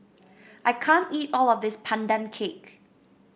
I can't eat all of this Pandan Cake